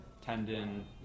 tendon